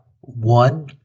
One